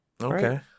Okay